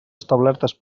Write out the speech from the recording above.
establertes